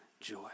joy